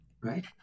Right